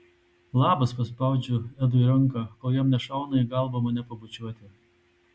labas paspaudžiu edui ranką kol jam nešauna į galvą mane pabučiuoti